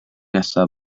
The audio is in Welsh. nesaf